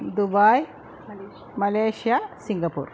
Dubai Malaysia Singapore